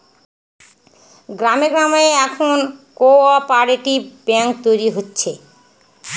গ্রামে গ্রামে এখন কোঅপ্যারেটিভ ব্যাঙ্ক তৈরী হচ্ছে